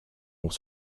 ont